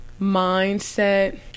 mindset